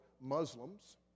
Muslims